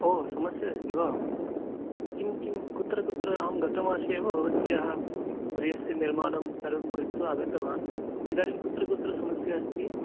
ओ समस्या अस्ति वा किं किं कुत्र कुत्र अहं गतमासे एव भवत्याः गृहस्य निमार्णं सर्वं कृत्वा आगतवान् इदानीं कुत्र कुत्र समस्या अस्ति